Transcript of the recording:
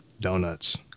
Donuts